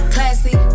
Classy